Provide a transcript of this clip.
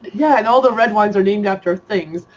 yeah and all the red wines are named after things.